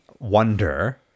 Wonder